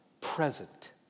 present